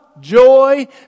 joy